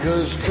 Cause